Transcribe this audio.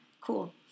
cool